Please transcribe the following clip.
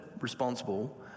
responsible